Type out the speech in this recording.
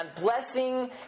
blessing